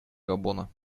габона